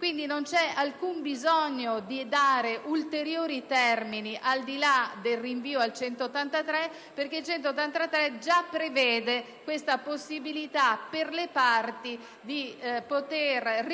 Quindi non c'è alcun bisogno di fissare ulteriori termini, al di là del rinvio all'articolo 183, perché quest'ultimo già prevede la possibilità per le parti di